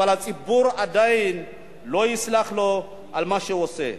אבל הציבור לא יסלח לו על מה שהוא עושה.